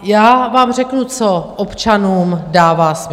Já vám řeknu, co občanům dává smysl.